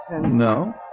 No